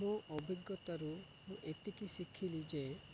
ମୋ ଅଭିଜ୍ଞତାରୁ ମୁଁ ଏତିକି ଶିଖିଲି ଯେ